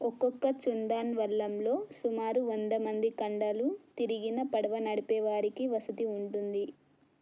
ఒక్కొక్క చుందన్ వళ్ళంలో సుమారు వంద మంది కండలు తిరిగిన పడవ నడిపేవారికి వసతి ఉంటుంది